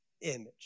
image